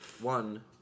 one